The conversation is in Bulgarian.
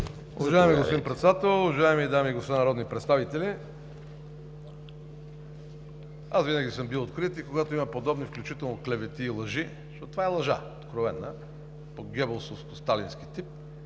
Уважаеми господин Председател, уважаеми дами и господа народни представители! Винаги съм бил открит и когато има подобни, включително клевети и лъжи, защото това е откровена лъжа от гьобелски, сталински тип!